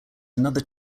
another